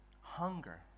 hunger